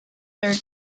their